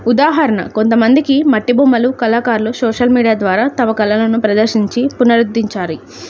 ఉదాహరణ కొంతమందికి మట్టి బొమ్మలు కళాకారులు సోషల్ మీడియా ద్వారా తమ కళలను ప్రదర్శించి పునఃఉద్దరించారు